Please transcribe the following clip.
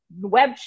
web